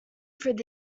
through